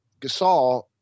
Gasol